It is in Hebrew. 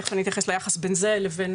תכף אני אתייחס ליחס בין זה לבין